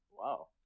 wow